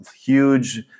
huge